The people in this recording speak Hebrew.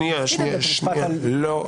לא.